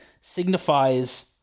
signifies